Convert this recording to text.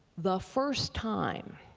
the first time